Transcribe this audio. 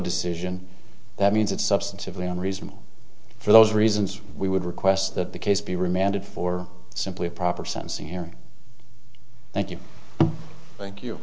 decision that means that substantively on reasonable for those reasons we would request that the case be remanded for simply a proper sensing hearing thank you thank you